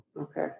Okay